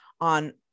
on